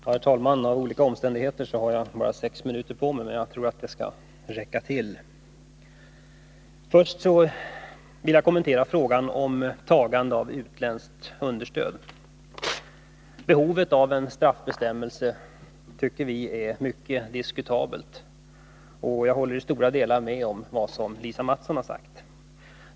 Herr talman! På grund av olika omständigheter har jag bara sex minuter på mig för mitt inlägg, men jag tror att det skall räcka. Först vill jag kommentera frågan om tagande av utländskt understöd. Vi i vpk tycker att behovet av en straffbestämmelse är mycket diskutabelt. Jag håller i stora delar med Lisa Mattson.